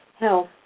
health